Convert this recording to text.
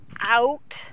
out